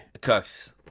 Cooks